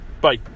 Bye